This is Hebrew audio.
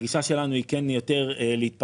הגישה שלנו היא כן יותר להתפשר,